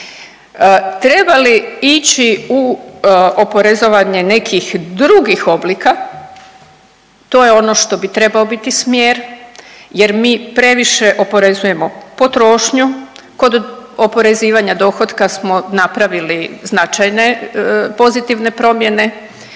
Treba li ići u oporezovanje nekih drugih oblika, to je ono što bi trebao biti smjer jer mi previše oporezujemo potrošnju, kod oporezivanja dohotka smo napravili značajne pozitivne promjene